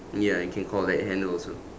ya you can call that handle also